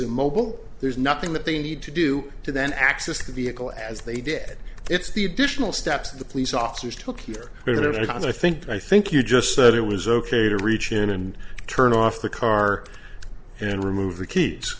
immobile there's nothing that they need to do to then access the vehicle as they did it's the additional steps the police officers took here there was i think i think you just said it was ok to reach in and turn off the car and remove the k